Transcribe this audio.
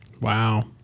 Wow